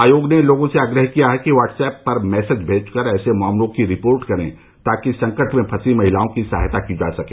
आयोग ने लोगों से आग्रह किया है कि व्हाट्सऐप पर मैसेज भेजकर ऐसे मामलों की रिपोर्ट करें ताकि संकट में फंसी महिलाओं की सहायता की जा सके